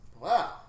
Wow